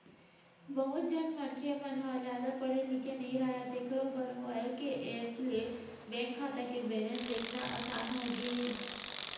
बहुत झन मनखे मन ह जादा पड़हे लिखे नइ राहय तेखरो बर मोबईल के ऐप ले बेंक खाता के बेलेंस देखना असान होगे हे